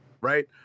Right